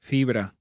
Fibra